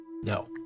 No